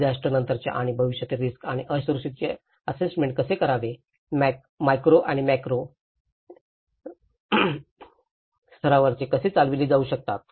डिझास्टरनंतरचा आणि भविष्यातील रिस्क आणि असुरक्षिततेचे आस्सेसमेंट कसे करावे माक्रो मेसो आणि मॅक्रो स्तरांद्वारे कसे चालविले जाऊ शकते